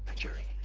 jerry.